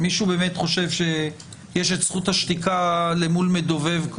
מישהו באמת חושב שיש את זכות השתיקה למול מדובב?